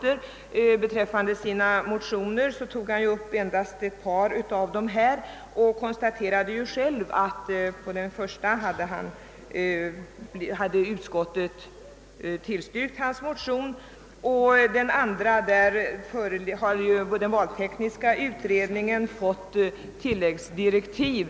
Vad hans motioner angår tog han ju endast upp ett par av dem och konstaterade själv, att utskottet tillstyrkt den ena medan beträffande den andra den valtekniska utredningen fått tilläggsdirektiv.